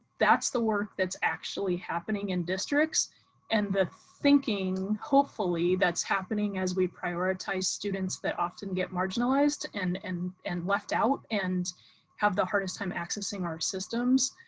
that's the work that's actually happening in districts and the thinking. hopefully, that's happening as we prioritize students that often get marginalized and and and left out and have the hardest time accessing our systems.